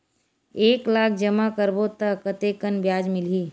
एक लाख जमा करबो त कतेकन ब्याज मिलही?